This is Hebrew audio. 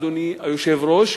אדוני היושב-ראש,